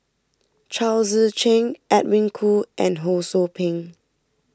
Chao Tzee Cheng Edwin Koo and Ho Sou Ping